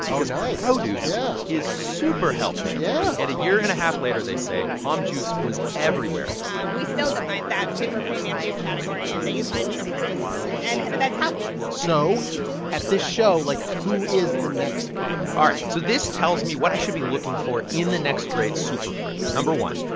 because produce yeah is super healthy yeah and a year and a half later, they say, pom juice was everywhere we still define that super-premium juice category and that you find in the produce and that's healthy so at this show, like, who is the next pomegranate? all right. so this tells me what i should be looking for in the next great superfruit. number one,